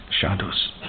shadows